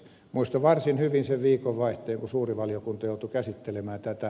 muistan varsin hyvin sen viikonvaihteen kun suuri valiokunta joutui käsittelemään tätä